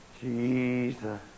Jesus